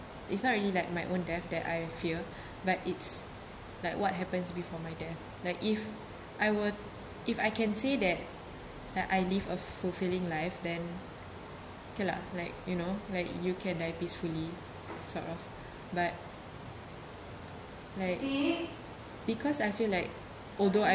is not really like my own death that I would fear but it's like what happens before my death like if I were if I can say that like I live a fulfilling life then okay lah like you know like you can die peacefully sort of but like because I feel like although I